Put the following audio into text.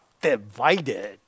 divided